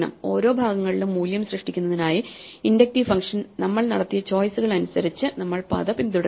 ഓരോ ഭാഗങ്ങളിലും മൂല്യം സൃഷ്ടിക്കുന്നതിനായി ഇൻഡക്റ്റീവ് ഫംഗ്ഷൻ നമ്മൾ നടത്തിയ ചോയിസുകൾ അനുസരിച്ച് നമ്മൾ പാത പിന്തുടരുന്നു